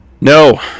no